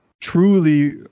truly